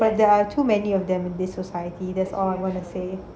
but there are too many of them in this society that's all I wanna say